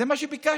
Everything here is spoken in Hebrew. זה מה שביקשנו,